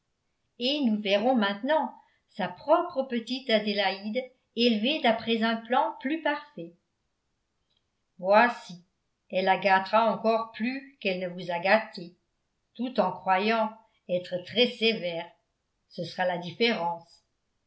et nous verrons maintenant sa propre petite adélaïde élevée d'après un plan plus parfait voici elle la gâtera encore plus qu'elle ne vous a gâtée tout en croyant être très sévère ce sera la différence